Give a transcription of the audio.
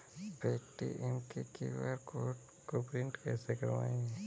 Paytm के QR code को print कैसे करवाएँ?